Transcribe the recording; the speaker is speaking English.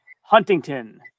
Huntington